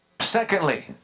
Secondly